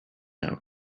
note